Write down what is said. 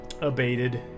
Abated